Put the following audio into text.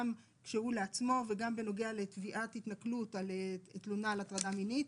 גם שהוא לעצמו וגם בנוגע לתביעת התנכלות על תלונה על הטרדה מינית,